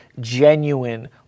genuine